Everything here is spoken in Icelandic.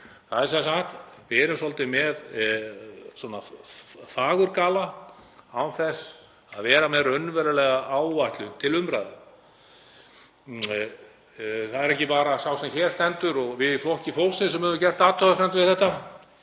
Hér er svolítið verið með fagurgala án þess að vera með raunverulega áætlun til umræðu. Það er ekki bara sá sem hér stendur og við í Flokki fólksins sem höfum gert athugasemd við þetta